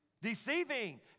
Deceiving